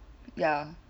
ya